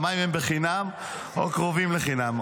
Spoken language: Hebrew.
המים הם בחינם או קרובים לחינם.